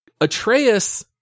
atreus